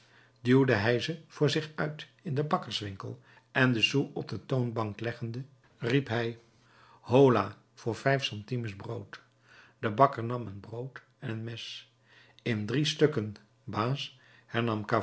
duwde hij ze voor zich uit in den bakkerswinkel en den sou op de toonbank leggende riep hij hola voor vijf centimes brood de bakker nam een brood en een mes in drie stukken baas